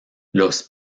los